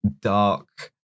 dark